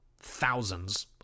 thousands